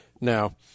Now